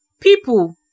people